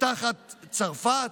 תחת צרפת?